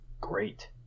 great